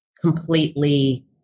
completely